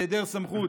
בהיעדר סמכות,